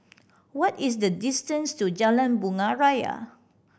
what is the distance to Jalan Bunga Raya